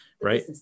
right